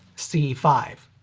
c five.